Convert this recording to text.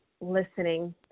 listening